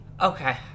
Okay